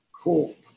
hope